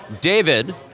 David